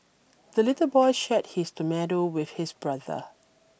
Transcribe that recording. the little boy shared his tomato with his brother